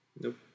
Nope